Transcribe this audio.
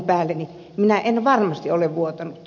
minä en varmasti ole vuotanut